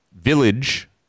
village